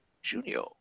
Junior